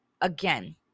again